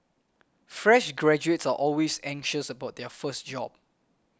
fresh graduates are always anxious about their first job